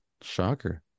shocker